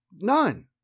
None